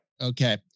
Okay